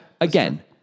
Again